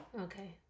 Okay